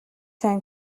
сайн